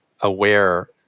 aware